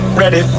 ready